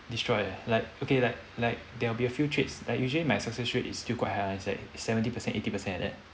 destroyed eh like okay like like there will be a few trades like usually my success rate is still quite high it's like seventy percent eighty percent like that